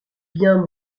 bien